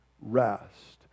rest